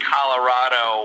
Colorado